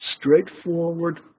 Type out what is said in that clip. straightforward